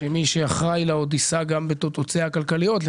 שמי שאחראי לה עוד יישא בתוצאותיה הכלכליות.